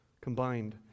combined